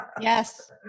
Yes